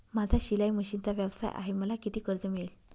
माझा शिलाई मशिनचा व्यवसाय आहे मला किती कर्ज मिळेल?